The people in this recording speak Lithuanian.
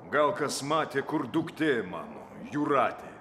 gal kas matė kur duktė mano jūratė